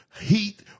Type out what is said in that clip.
heat